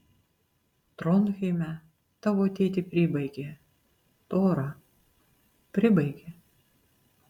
tronheime tavo tėtį pribaigė tora pribaigė